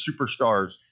superstars